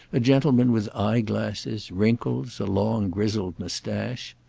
a gentleman with eye-glasses, wrinkles, a long grizzled moustache.